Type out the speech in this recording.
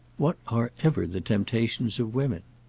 what are ever the temptations of women?